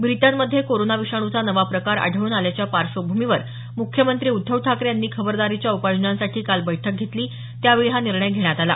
ब्रिटनमध्ये कोरोना विषाणूचा नवा प्रकार आढळून आल्याच्या पार्श्वभूमीवर मुख्यमंत्री उद्धव ठाकरे यांनी खबरदारीच्या उपाययोजनांसाठी काल बैठक घेतली त्यावेळी हा निर्णय घेण्यात आला